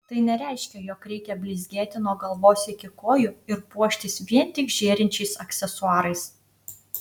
tai nereiškia jog reikia blizgėti nuo galvos iki kojų ir puoštis vien tik žėrinčiais aksesuarais